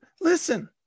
Listen